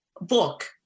book